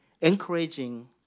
encouraging